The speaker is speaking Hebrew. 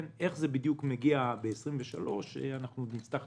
איך זה מגיע ב-2023 אנחנו נצטרך לחדד.